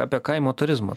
apie kaimo turizmą